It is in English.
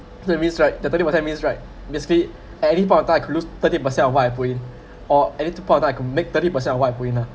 that means right totally what that means right basically any part of time I could lose thirty percent of what I put in or any to part of time I could make thirty percent of what I put in lah